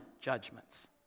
judgments